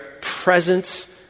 presence